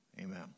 Amen